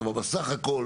אבל, בסך הכול